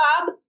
Bob